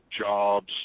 jobs